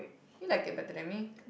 you like it better than me